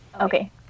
Okay